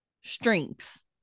Strings